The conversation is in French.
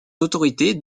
autorités